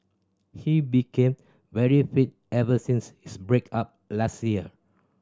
he became very fit ever since his break up last year